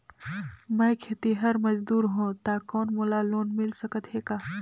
मैं खेतिहर मजदूर हों ता कौन मोला लोन मिल सकत हे का?